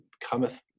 cometh